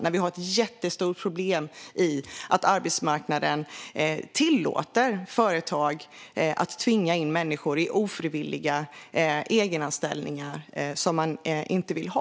Vi har nämligen ett jättestort problem med att arbetsmarknaden tillåter företag att tvinga in människor i egenanställningar som de inte vill ha.